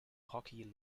hockey